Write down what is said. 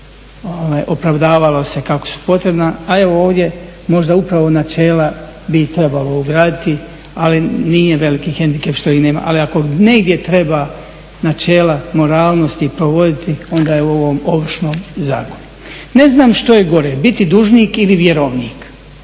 opravdavalo se kako su potrebna a evo ovdje možda upravo načela bi trebalo ugraditi. Ali nije veliki hendikep što ih nema ali ako negdje treba načela moralnosti provoditi onda je u ovom Ovršnom zakonu. Ne znam što je gore, biti dužnik ili vjerovnik?